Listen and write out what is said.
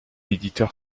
éditeur